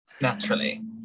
Naturally